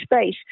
space